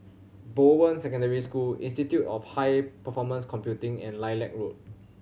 Bowen Secondary School Institute of High Performance Computing and Lilac Road